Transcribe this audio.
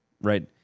Right